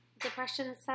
depression